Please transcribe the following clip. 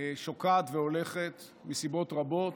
שוקעת והולכת מסיבות רבות,